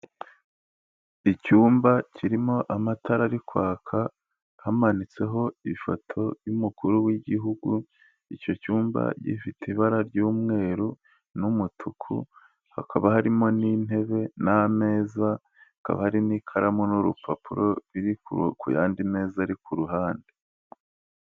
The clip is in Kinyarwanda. Icyumba kirimo amatara ari kwaka hamanitseho ifoto y'umukuru w'igihugu, icyo cyumba gifite ibara ry'umweru n'umutuku, hakaba harimo n'intebe n'ameza, hakaba hari n'ikaramu n'urupapuro biri ku yandi meza ari kuhande.